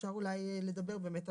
אפשר אולי לדבר באמת,